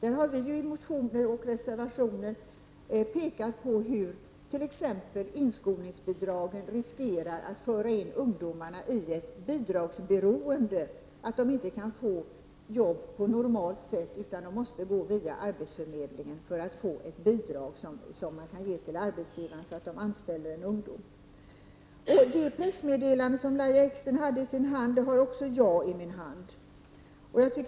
Vi har i motioner och reservationer pekat på hur t.ex. inskolningsbidraget riskerar att föra in ungdomarna i ett bidragsberoende, när de inte kan få ett jobb på normalt sätt utan måste gå via arbetsförmedlingen för att få ett bidrag till arbetsgivaren för att denne skall anställa ungdomar. Det pressmeddelande som Lahja Exner hade i sin hand har jag också här.